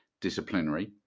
disciplinary